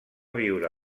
viure